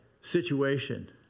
situation